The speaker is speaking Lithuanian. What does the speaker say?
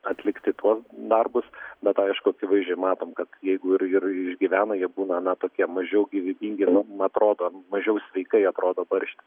atlikti tuos darbus bet aišku akivaizdžiai matom kad jeigu ir ir išgyvena jei būna na tokie mažiau gyvybingi mum atrodo mažiau sveikai atrodo barštis